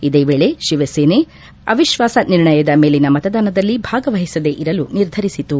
ಇದೇ ವೇಳೆ ಶಿವಸೇನೆ ಅವಿಶ್ವಾಸ ನಿರ್ಣಯದ ಮೇಲಿನ ಮತದಾನದಲ್ಲಿ ಭಾಗವಹಿಸದೇ ಇರಲು ನಿರ್ಧರಿಸಿತು